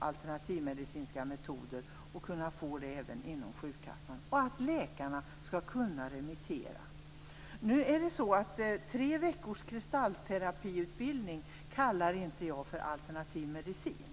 alternativmedicinska metoder erkända, även inom sjukkassan. Dessutom menar jag att läkarna skall kunna remittera dessa patienter. Tre veckors kristallterapiutbildning kallar inte jag för alternativ medicin.